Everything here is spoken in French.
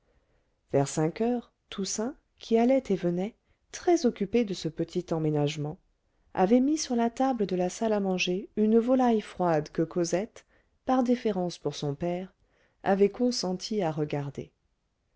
vers cinq heures toussaint qui allait et venait très occupée de ce petit emménagement avait mis sur la table de la salle à manger une volaille froide que cosette par déférence pour son père avait consenti à regarder